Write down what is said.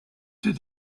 said